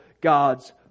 God's